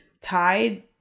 tied